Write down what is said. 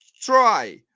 try